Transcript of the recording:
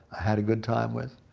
i had a good time with.